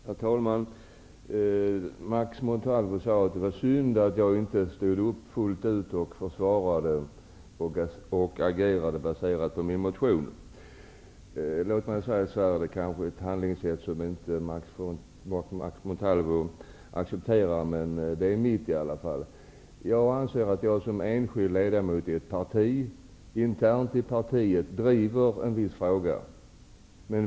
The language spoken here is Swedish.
Herr talman! Max Montalvo sade att det var synd att jag inte fullt ut försvarade min motion och agerade med den som utgångspunkt. Max Montalvo kanske inte accepterar det här handlingssättet, men det är i alla fall mitt sätt att agera. Jag anser att jag som enskild ledamot i ett parti internt kan driva en viss fråga.